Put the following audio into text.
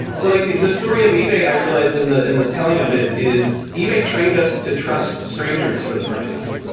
so like the the story of ebay, i realized in the in the telling of it is ebay trained us to trust strangers for the first time.